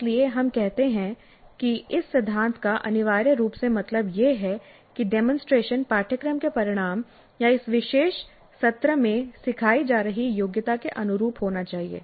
इसलिए हम कह सकते हैं कि इस सिद्धांत का अनिवार्य रूप से मतलब यह है कि डेमोंसट्रेशन पाठ्यक्रम के परिणाम या इस विशेष सत्र में सिखाई जा रही योग्यता के अनुरूप होना चाहिए